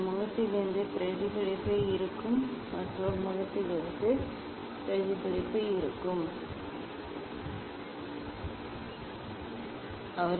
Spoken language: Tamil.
இந்த முகத்திலிருந்து பிரதிபலிப்பு இருக்கும் மற்ற முகத்திலிருந்து பிரதிபலிப்பு இருக்கும் என்பதை நாம் பார்க்க வேண்டும்